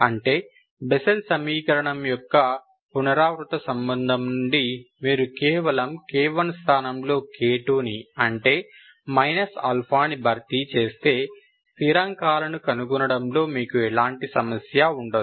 అంటే బెస్సెల్ సమీకరణం యొక్క పునరావృత సంబంధం నుండి మీరు కేవలం k1 స్థానంలో k2ని అంటే α ని భర్తీ చేస్తే స్థిరాంకాలను కనుగొనడంలో మీకు ఎలాంటి సమస్య ఉండదు